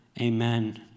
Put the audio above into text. Amen